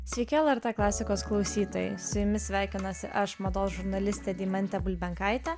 sveiki lrt klasikos klausytojai su jumis sveikinuosi aš mados žurnalistė deimantė bulbenkaitė